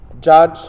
judge